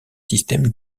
système